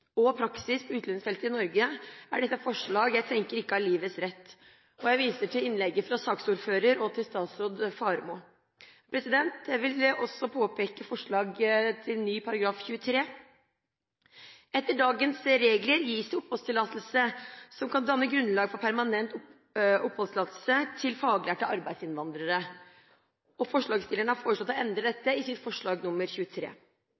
i praksis på utlendingsfeltet i Norge, er dette forslag jeg tenker ikke har livets rett. Jeg viser til innleggene til saksordføreren og statsråd Faremo. Jeg vil også påpeke forslaget til ny § 23. Etter dagens regler gis det oppholdstillatelse som kan danne grunnlag for permanent oppholdstillatelse til faglærte arbeidsinnvandrere. Forslagsstillerne har foreslått å endre dette i sitt forslag til § 23.